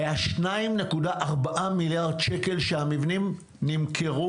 היו 2.4 מיליארד שקלים בגין המבנים נמכרו